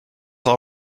all